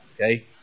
okay